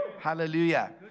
Hallelujah